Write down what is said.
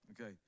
Okay